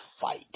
fight